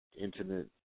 intimate